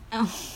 oh